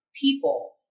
people